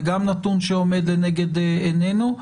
זה גם נתון שעומד לנגד עינינו.